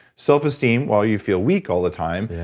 self esteem, well you feel weak all the time.